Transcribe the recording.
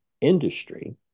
industry